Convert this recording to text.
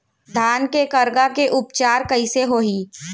धान के करगा के उपचार कइसे होही?